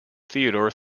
theodore